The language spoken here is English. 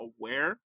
aware